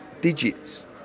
digits